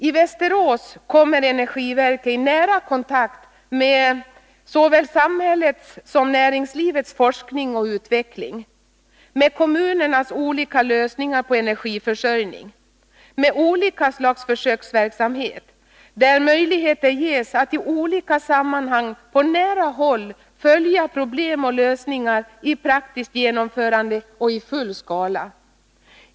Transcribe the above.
I Västerås kommer energiverket i nära kontakt med såväl samhällets som näringslivets forskning och utveckling, med kommunernas olika lösningar på energiförsörjningen, med olika slags försöksverksamhet där möjlighet ges att i olika sammanhang på nära håll följa problem och lösningar i praktiskt genomförande och i full skala.